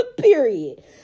Period